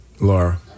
Laura